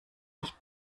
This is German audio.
nicht